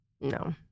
No